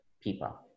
people